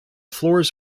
floors